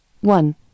One